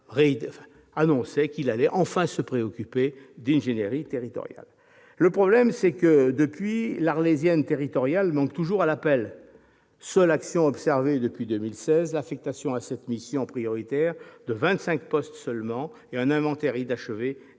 annonçait qu'il allait enfin se préoccuper d'ingénierie territoriale. Le problème, c'est que, depuis, l'Arlésienne territoriale manque toujours à l'appel, les seules actions observées depuis 2016 étant l'affectation à cette mission prioritaire de 25 postes seulement et un inventaire inachevé